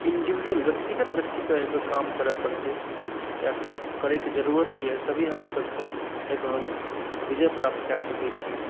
individual व्यक्तिगत व्यक्तिके एहि पर काम करय परतै या करैके ज़रूरत यऽ तभी हमरासभकें एहि पर विजय प्राप्त कै सकै छी